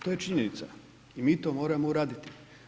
To je činjenica i mi to moramo uraditi.